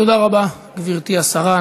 תודה רבה, גברתי השרה.